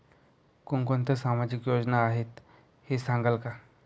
कोणकोणत्या सामाजिक योजना आहेत हे सांगाल का?